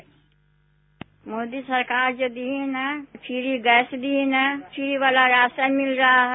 bite Modi सरकार जो दी है फ्री गैस दी है फ्री वाला राशन मिल रहा है